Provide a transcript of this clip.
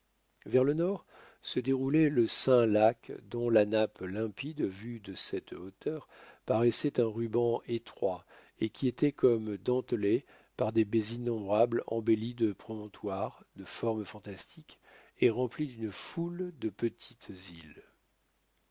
vers le nord se déroulait le saint lac dont la nappe limpide vue de cette hauteur paraissait un ruban étroit et qui était comme dentelé par des baies innombrables embelli de promontoires de formes fantastiques et rempli d'une foule de petites îles